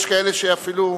יש כאלה שאפילו,